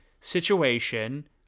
situation